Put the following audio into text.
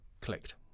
clicked